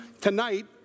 tonight